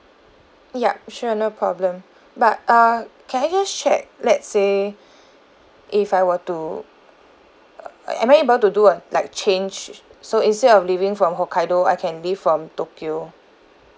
yup sure no problem but uh can I just check let's say if I were to uh am I able to do a like change so instead of leaving from hokkaido I can leave from tokyo